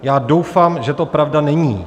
Já doufám, že to pravda není.